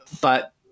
But-